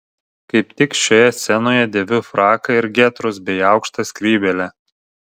kaip tik šioje scenoje dėviu fraką ir getrus bei aukštą skrybėlę